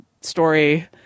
story